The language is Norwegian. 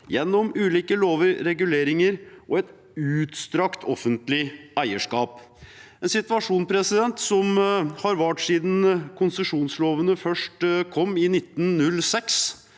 gjennom ulike lover, reguleringer og et utstrakt offentlig eierskap – en situasjon som har vart siden konsesjonslovene først kom i 1906,